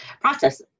process